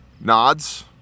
nods